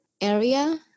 area